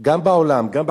גם בעולם, גם בחקיקה,